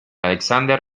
alexander